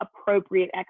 Appropriate